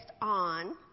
on